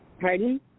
Pardon